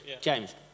James